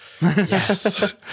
yes